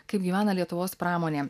kaip gyvena lietuvos pramonė